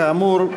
כאמור,